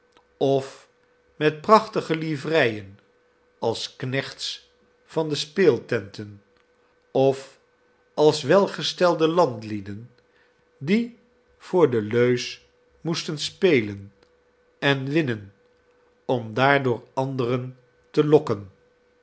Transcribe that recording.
of met prachtige livreien als knechts van de speeltenten of als welgestelde landlieden die voor de leus moesten spelen en winnen om daardoor anderen te lokken